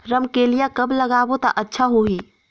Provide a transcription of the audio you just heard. रमकेलिया कब लगाबो ता अच्छा होही?